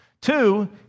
Two